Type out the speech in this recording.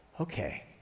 Okay